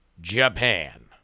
Japan